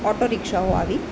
auto રિક્ષાઓ આવી